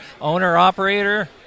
owner-operator